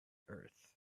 earth